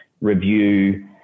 review